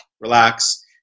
relax